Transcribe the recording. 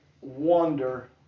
wonder